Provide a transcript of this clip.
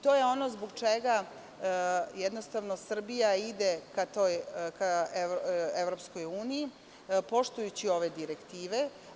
To je ono zbog čega jednostavno Srbija ide ka EU poštujući ove direktive.